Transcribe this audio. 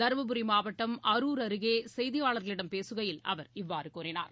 தருமபுரி மாவ்டடம் அரூர் அருகே செய்தியாளர்களிடம் பேசுகையில் அவர் இவ்வாறு கூறினார்